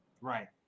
right